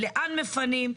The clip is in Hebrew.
לאן מפנים,